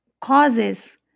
causes